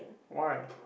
why